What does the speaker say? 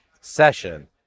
session